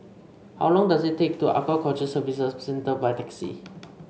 how long does it take to Aquaculture Services Centre by taxi